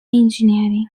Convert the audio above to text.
engineering